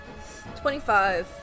25